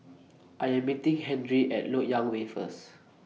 I Am meeting Henry At Lok Yang Way First